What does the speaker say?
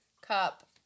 cup